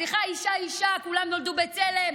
סליחה, אישה היא אישה, כולן נולדו בצלם.